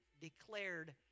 declared